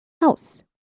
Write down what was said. house